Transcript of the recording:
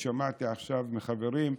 ושמעתי עכשיו מחברים,